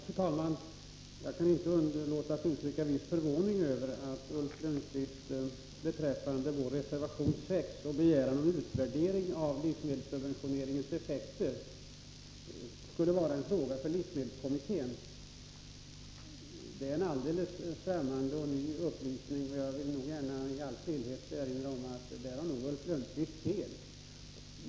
Fru talman! Jag kan inte underlåta att uttrycka en viss förvåning över att Ulf Lönnqvist beträffande vår reservation 6 med begäran om utvärdering av livsmedelssubventioneringens effekter säger att detta skulle vara en fråga för livsmedelskommittén. Det är en alldeles fträmmande och ny upplysning, och jag vill gärna i all stillhet erinra om att där har nog Ulf Lönnqvist fel.